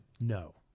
no